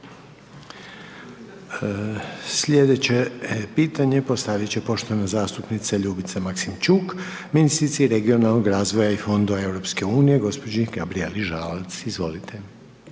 Sljedeće pitanje postaviti će poštovana zastupnica Ljubica Maksimčuk, ministrici regionalnog razvoja i fondova EU, gospođi Gabrijeli Žalac, izvolite.